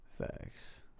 Facts